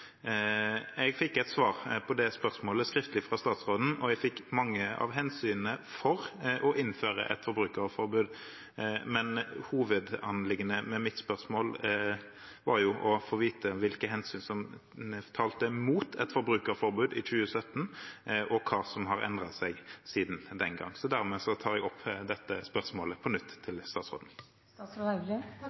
Jeg fikk et skriftlig svar fra statsråden og fikk vite mange av hensynene for å innføre et forbrukerforbud, men hovedanliggendet ved mitt spørsmål var å få vite hvilke hensyn som talte mot et forbrukerforbud i 2017, og hva som har endret seg siden den gang. Dermed tar jeg opp dette spørsmålet på nytt til statsråden.